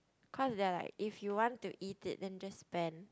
because they're like if you want to eat it then just spend